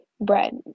bread